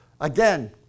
Again